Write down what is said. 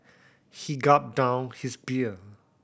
he gulped down his beer